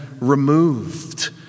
removed